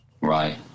Right